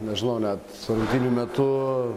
nežinau net rungtynių metu